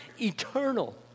eternal